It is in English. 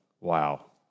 Wow